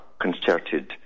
concerted